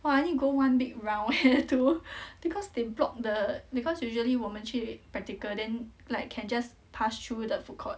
!wah! I need to go one big round eh to because they block the because usually 我们去 practical then like can just pass through the food court